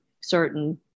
certain